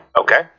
Okay